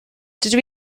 dydw